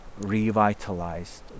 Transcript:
revitalized